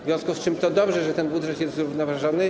W związku z tym dobrze, że ten budżet jest zrównoważony.